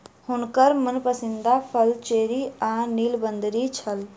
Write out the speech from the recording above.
हुनकर मनपसंद फल चेरी आ नीलबदरी छल